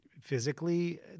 physically